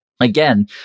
again